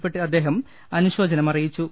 പ്പെട്ട് അദ്ദേഹം അനുശോചനം അറിയിച്ചു